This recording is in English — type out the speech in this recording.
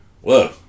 Whoa